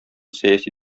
сәяси